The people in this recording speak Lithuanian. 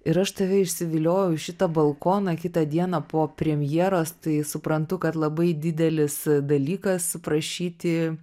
ir aš tave išsiviliojau į šitą balkoną kitą dieną po premjeros tai suprantu kad labai didelis dalykas prašyti